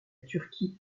turquie